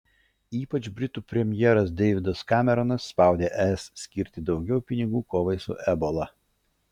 ypač britų premjeras deividas kameronas spaudė es skirti daugiau pinigų kovai su ebola